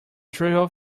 trivial